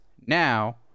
Now